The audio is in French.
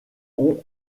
ont